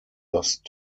lost